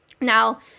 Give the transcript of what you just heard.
Now